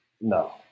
No